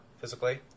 physically